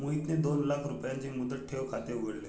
मोहितने दोन लाख रुपयांचे मुदत ठेव खाते उघडले